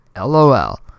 LOL